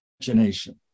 imagination